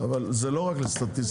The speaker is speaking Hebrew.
אבל זה לא רק לסטטיסטיקה.